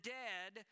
dead